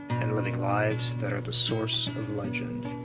and living lives that are the source of legend.